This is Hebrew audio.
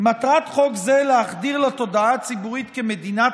"מטרת חוק זה להחדיר לתודעה הציבורית כי מדינת